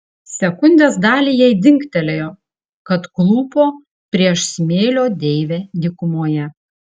sekundės dalį jai dingtelėjo kad klūpo prieš smėlio deivę dykumoje